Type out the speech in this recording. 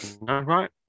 right